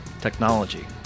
technology